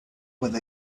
with